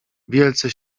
wielce